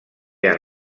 han